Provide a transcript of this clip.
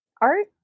Art